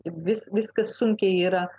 viskas sunkiai yra